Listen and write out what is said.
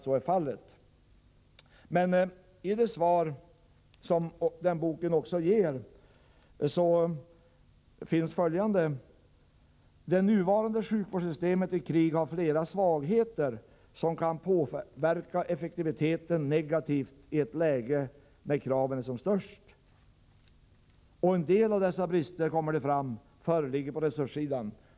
I det besked som ges i boken ingår också följande: ”Det nuvarande sjukvårdssystemet i krig har flera svagheter som kan påverka effektiviteten negativt i ett läge när kraven är som störst.” Det framgår att en del av dessa brister föreligger på resurssidan.